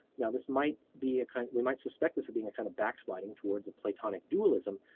now this might be a kind. we might suspect this being a kind of backsliding towards a platonic dualism.